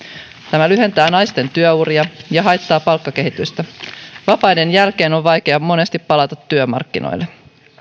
tämä lyhentää naisten työuria ja haittaa palkkakehitystä vapaiden jälkeen on monesti vaikeaa palata työmarkkinoille